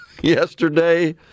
yesterday